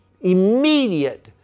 immediate